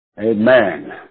Amen